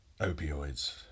opioids